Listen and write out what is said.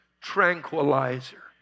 Tranquilizer